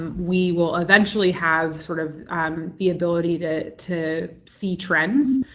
and we will eventually have sort of the ability to to see trends,